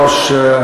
אני גם רשום.